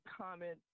comment